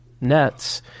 nets